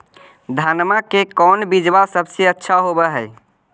धनमा के कौन बिजबा सबसे अच्छा होव है?